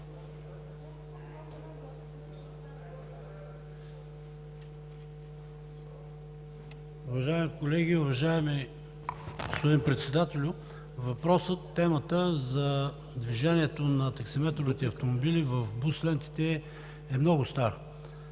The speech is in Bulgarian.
Уважаеми колеги, уважаеми господин Председателю! Въпросът, темата за движението на таксиметровите автомобили в бус лентите е много стар.